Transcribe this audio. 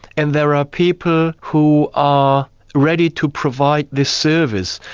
and there are people who are ready to provide this service,